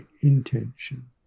intention